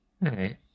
right